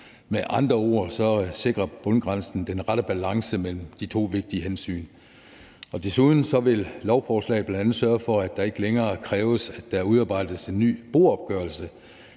Med andre ord sikrer bundgrænsen den rette balance mellem de to vigtige hensyn. Desuden vil lovforslaget bl.a. sørge for, at det ikke længere kræves, at der udarbejdes en ny boopgørelse,